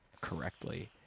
correctly